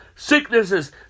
Sicknesses